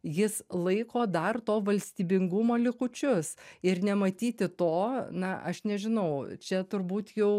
jis laiko dar to valstybingumo likučius ir nematyti to na aš nežinau čia turbūt jau